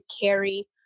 carry